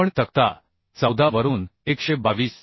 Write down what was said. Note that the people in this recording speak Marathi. आपण तक्ता 14 वरून 122